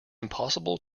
impossible